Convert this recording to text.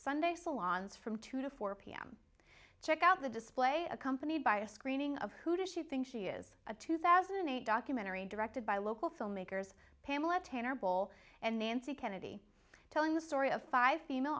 sunday salons from two to four pm check out the display accompanied by a screening of who does she think she is a two thousand and eight documentary directed by local filmmakers pamela tanner bowl and the n c kennedy telling the story of five female